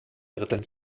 dritteln